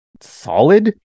solid